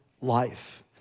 life